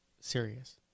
serious